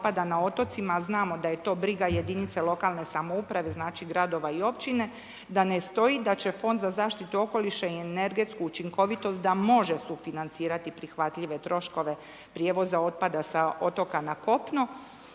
na otocima, znamo da je to briga jedinica lokalne samouprave, znači gradova i općine, da ne stoji da će Fond za zaštitu okoliša i energetsku učinkovitost da može sufinancirati prihvatljive troškove prijevoza otpada sa otoka na kopno,